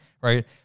right